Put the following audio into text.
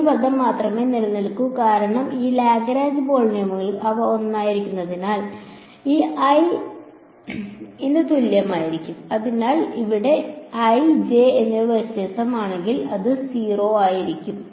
ഒരു പദം മാത്രമേ നിലനിൽക്കൂ കാരണം ഈ ലഗ്രാഞ്ച് പോളിനോമിയലുകൾ അവ ഒന്നായിരിക്കുന്നതിനാൽ ഈ i ഈ i ന് തുല്യമാണ് എന്നാൽ ഈ i j എന്നിവ വ്യത്യസ്തമാണെങ്കിൽ അത് 0 ശരിയാകും